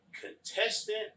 contestant